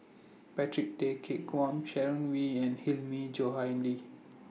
Patrick Tay Teck Guan Sharon Wee and Hilmi Johandi